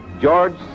George